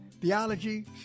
theology